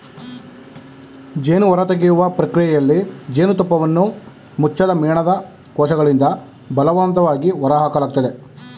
ಜೇನು ಹೊರತೆಗೆಯುವ ಪ್ರಕ್ರಿಯೆಯಲ್ಲಿ ಜೇನುತುಪ್ಪವನ್ನು ಮುಚ್ಚದ ಮೇಣದ ಕೋಶಗಳಿಂದ ಬಲವಂತವಾಗಿ ಹೊರಹಾಕಲಾಗ್ತದೆ